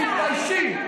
תתביישי.